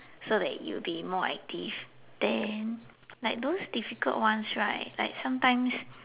so that you'll be more active then like those difficult ones right like sometimes